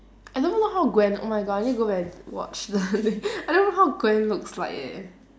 I don't even know how gwen oh my god I need go back and watch the movie I don't know how gwen looks like eh